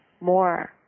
more